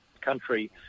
country